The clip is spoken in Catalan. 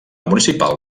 municipal